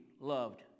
loved